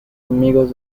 amigos